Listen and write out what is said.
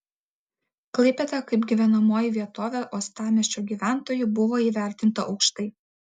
klaipėda kaip gyvenamoji vietovė uostamiesčio gyventojų buvo įvertinta aukštai